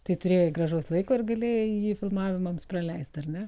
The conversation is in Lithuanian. tai turėjai gražaus laiko ir galėjai jį filmavimams praleisti ar ne